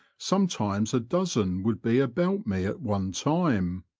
some times a dozen would be about me at one time.